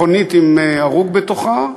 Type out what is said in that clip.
מכונית עם הרוג בתוכה,